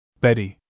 Betty